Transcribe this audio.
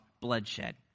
bloodshed